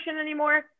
anymore